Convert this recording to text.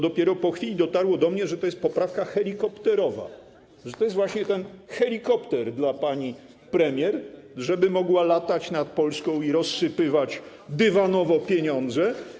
Dopiero po chwili dotarło do mnie, że to jest poprawka helikopterowa, że to jest właśnie ten helikopter dla pani premier, żeby mogła latać nad Polską i rozsypywać dywanowe pieniądze.